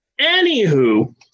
Anywho